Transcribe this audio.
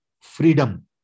freedom